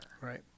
right